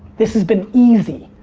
this has been easy.